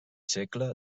segle